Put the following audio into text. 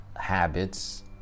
habits